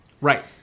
right